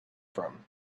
from